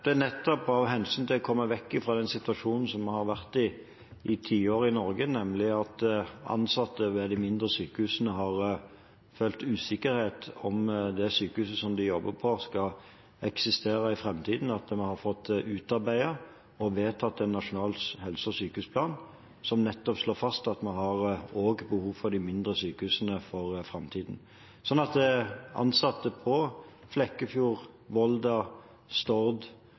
Det er nettopp av hensyn til å komme vekk fra den situasjonen vi har vært i i tiår i Norge, nemlig at ansatte ved de mindre sykehusene har følt usikkerhet rundt om det sykehuset de jobber på, skal eksistere i framtiden, at vi har fått utarbeidet og vedtatt en nasjonal helse- og sykehusplan som slår fast at vi har behov for de mindre sykehusene også for framtiden. Så ansatte på Flekkefjord, Volda, Stord